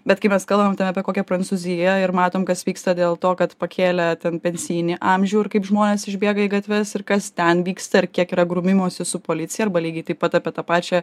bet kai mes kalbam apie kokią prancūziją ir matom kas vyksta dėl to kad pakėlę ten pensijinį amžių ir kaip žmonės išbėga į gatves ir kas ten vyksta ir kiek yra grūmimosi su policija arba lygiai taip pat apie tą pačią